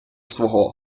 свого